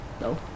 No